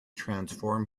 transform